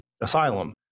asylum